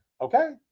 Okay